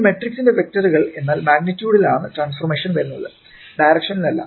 ഒരു മാട്രിക്സിന്റെ വെക്റ്ററുകൾ എന്നാൽ മാഗ്നിറ്യൂടിൽ ആണ് ട്രാൻസ്ഫോർമേഷൻ വരുന്നത് ഡിറക്ഷനിൽ അല്ല